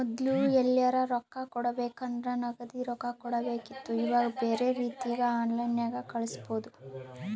ಮೊದ್ಲು ಎಲ್ಯರಾ ರೊಕ್ಕ ಕೊಡಬೇಕಂದ್ರ ನಗದಿ ರೊಕ್ಕ ಕೊಡಬೇಕಿತ್ತು ಈವಾಗ ಬ್ಯೆರೆ ರೀತಿಗ ಆನ್ಲೈನ್ಯಾಗ ಕಳಿಸ್ಪೊದು